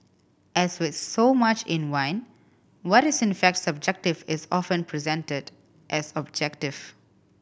as with so much in wine what is in fact subjective is often presented as objective